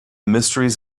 mysteries